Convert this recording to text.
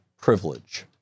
privilege